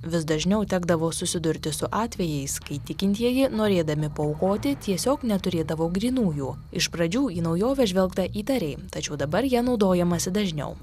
vis dažniau tekdavo susidurti su atvejais kai tikintieji norėdami paaukoti tiesiog neturėdavo grynųjų iš pradžių į naujovę žvelgta įtariai tačiau dabar ja naudojamasi dažniau